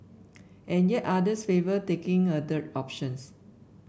and yet others favour taking a third options